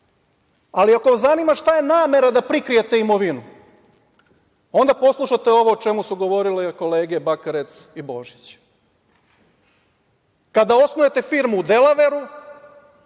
ali ako vas zanima šta je namera da prikrijete imovinu, onda poslušate ovo o čemu su govorile kolege Bakarec i Božić. Kada osnujete firmu u Delaveru,